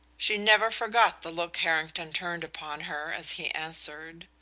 she never forgot the look harrington turned upon her as he answered.